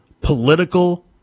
political